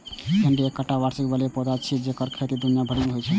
भिंडी एकटा वार्षिक फली बला पौधा छियै जेकर खेती दुनिया भरि मे होइ छै